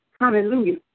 Hallelujah